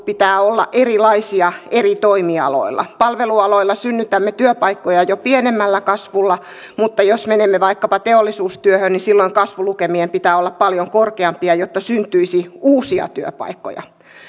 pitää olla erilaisia eri toimialoilla palvelualoilla synnytämme työpaikkoja jo pienemmällä kasvulla mutta jos menemme vaikkapa teollisuustyöhön niin silloin kasvulukemien pitää olla paljon korkeampia jotta syntyisi uusia työpaikkoja